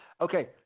okay